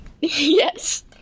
Yes